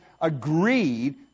agreed